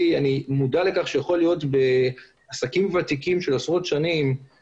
מודע לכך שיכול להיות שבעסקים ותיקים של עשרות שנים,